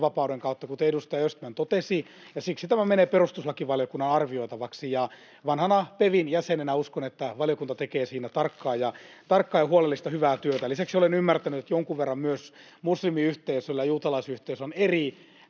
uskonnonvapauden kautta, kuten edustaja Östman totesi, ja siksi tämä menee perustuslakivaliokunnan arvioitavaksi. Vanhana PeVin jäsenenä uskon, että valiokunta tekee siinä tarkkaa ja huolellista, hyvää työtä. Lisäksi olen ymmärtänyt, että jonkun verran myös muslimiyhteisöllä ja juutalaisyhteisöllä on eri